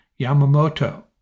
Yamamoto